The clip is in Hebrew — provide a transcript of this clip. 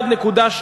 1.2